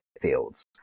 fields